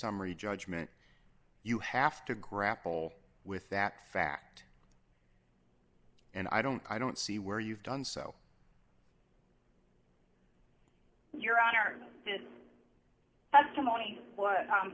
summary judgment you have to grapple with that fact and i don't i don't see where you've done so your honor